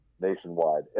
nationwide